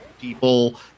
people